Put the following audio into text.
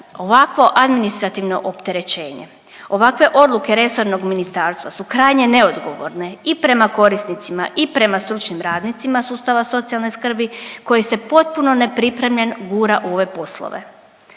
ovakvo administrativno opterećenje, ovakve odluke resornog ministarstva su krajnje neodgovorne i prema korisnicima i prema stručnim radnicima sustava socijalne skrbi koji se potpuno nepripremljen gura u ove poslove.